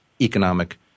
economic